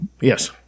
Yes